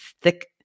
thick